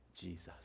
Jesus